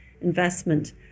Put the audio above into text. investment